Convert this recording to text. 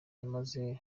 yamaze